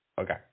Okay